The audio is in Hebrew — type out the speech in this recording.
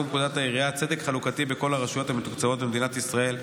פקודת העירייה (צדק חלוקתי בכל הרשויות המתוקצבות במדינת ישראל),